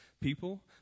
people